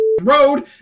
Road